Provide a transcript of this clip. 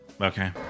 Okay